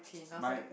my